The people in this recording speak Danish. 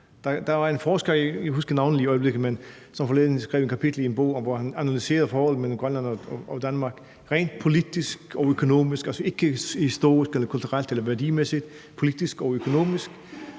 i øjeblikket – som forleden skrev et kapitel i en bog, hvor han analyserede forholdet mellem Grønland og Danmark rent politisk og økonomisk, altså ikke historisk, kulturelt eller værdimæssigt. Hvad får Danmark